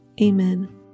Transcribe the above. Amen